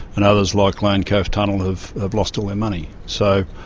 and others, like lane cove tunnel, have have lost all their money. so,